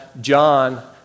John